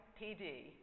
PD